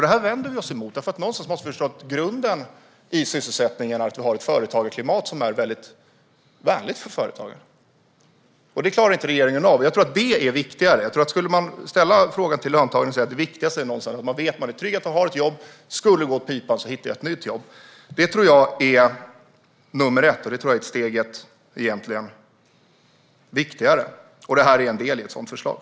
Det här vänder vi oss emot, för vi måste förstå att grunden för sysselsättningen är att vi har ett företagarklimat som är vänligt för företagare. Det klarar inte regeringen av. Jag tror att om man frågar löntagare vad som är viktigast skulle de svara att det är att vara trygg med att ha ett jobb och att om det skulle gå åt pipan går det att hitta ett nytt jobb. Det tror jag är nummer ett, och det är egentligen viktigare. Det här är såklart en del i ett sådant förslag.